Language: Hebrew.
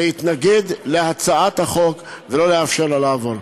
להתנגד להצעת החוק ולא לאפשר לה לעבור.